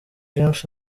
james